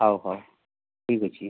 ହଉ ହଉ ଠିକ୍ ଅଛି